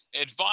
advice